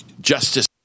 Justice